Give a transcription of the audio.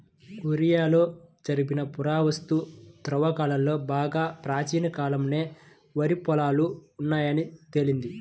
కొరియాలో జరిపిన పురావస్తు త్రవ్వకాలలో బాగా ప్రాచీన కాలంలోనే వరి పొలాలు ఉన్నాయని తేలింది